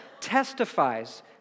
testifies